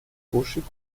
rochers